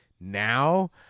now